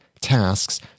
tasks